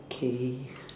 okay